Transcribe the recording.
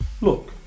Look